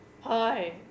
Hi